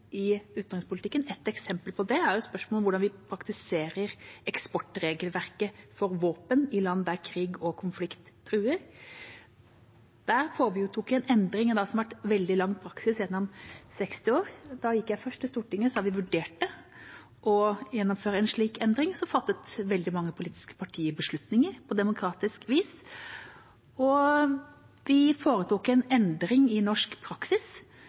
i utenrikspolitikken. Et eksempel på det er spørsmålet om hvordan vi praktiserer eksportregelverket for våpen i land der krig og konflikt truer. Der foretok vi en endring av det som har vært veldig lang praksis gjennom 60 år. Da gikk jeg først til Stortinget og sa vi vurderte å gjennomføre en slik endring. Veldig mange politiske partier fattet så beslutninger, på demokratisk vis, og vi foretok en endring i norsk praksis